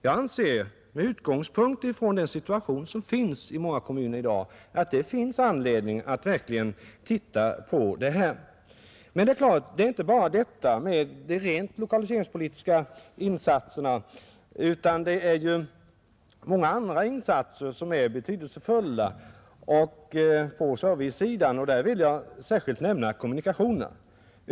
Jag anser med utgångspunkt från situationen i dag i många kommuner att det finns anledning att verkligen titta på detta. Men det är klart att det inte bara är de rent lokaliseringspolitiska insatserna utan även många andra insatser som är betydelsefulla i detta sammanhang. Det gäller t.ex. servicesidan. Därvidlag vill jag särskilt nämna kommunikationerna.